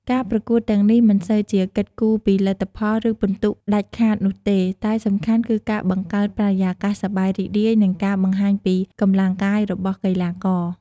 ការប្រកួតទាំងនេះមិនសូវជាគិតគូរពីលទ្ធផល ឬពិន្ទុដាច់ខាតនោះទេ តែសំខាន់គឺការបង្កើតបរិយាកាសសប្បាយរីករាយ និងការបង្ហាញពីកម្លាំងកាយរបស់កីឡាករ។